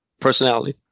personality